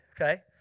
okay